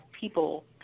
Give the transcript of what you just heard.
people